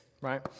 right